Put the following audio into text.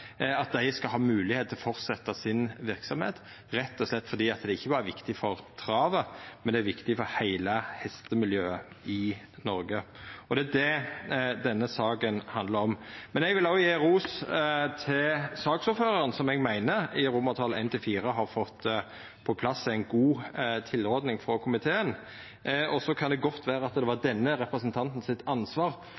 skal ha moglegheit til å fortsetja verksemda si, rett og slett fordi det er viktig ikkje berre for travet, men for heile hestemiljøet i Noreg. Det er det denne saka handlar om. Eg vil òg gje ros til saksordføraren, som eg meiner gjennom I–IV har fått på plass ei god tilråding frå komiteen. Så kan det godt vera at det var